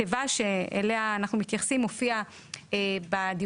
התיבה שאליה אנחנו מתייחסים הופיעה בדיונים